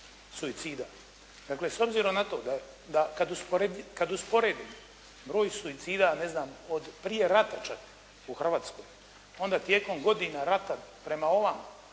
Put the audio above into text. suicida. Dakle, s obzirom na to da kad usporedim broj suicida od prije rata čak u Hrvatskoj, onda tijekom godina rata prema ovamo,